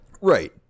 Right